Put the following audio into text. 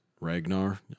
Ragnar